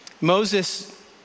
Moses